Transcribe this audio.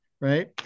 Right